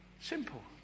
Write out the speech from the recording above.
Simple